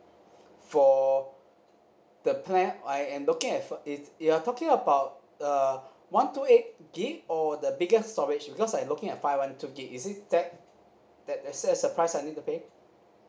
for the plan I am looking at for if you're talking about uh one two eight gig or the biggest storage because I'm looking at five one two gig is it that that is it that the price I need to pay